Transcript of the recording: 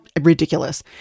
ridiculous